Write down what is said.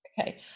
okay